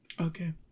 Okay